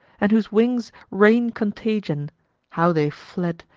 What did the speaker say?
and whose wings rain contagion how they fled,